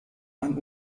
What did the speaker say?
ein